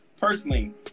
personally